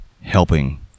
helping